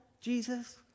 Jesus